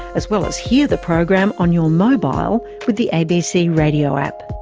as well as hear the program on your mobile with the abc radio app.